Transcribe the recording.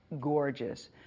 gorgeous